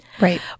right